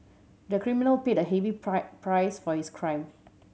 the criminal paid a heavy price for his crime